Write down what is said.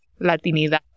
Latinidad